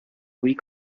week